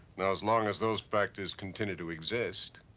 now as long as those factors continue to exist,